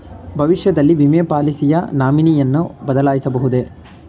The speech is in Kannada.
ಭವಿಷ್ಯದಲ್ಲಿ ವಿಮೆ ಪಾಲಿಸಿಯ ನಾಮಿನಿಯನ್ನು ಬದಲಾಯಿಸಬಹುದೇ?